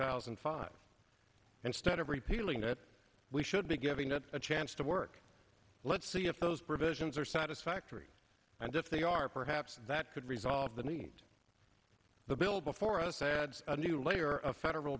thousand and five instead of repealing it we should be giving it a chance to work let's see if those provisions are satisfactory and if they are perhaps that could resolve the need the bill before us adds a new layer of federal